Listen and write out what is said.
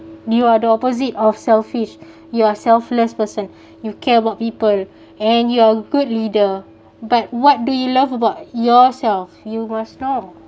you are the opposite of selfish you are selfless person you care about people and you're good leader but what do you love about yourself you must know